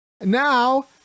now